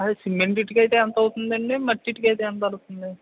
అదే సిమెంట్ ఇటుక అయితే ఎంత అవుతుంది అండి మట్టి ఇటుక అయితే ఎంత అవుతుంది